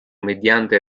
mediante